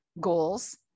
goals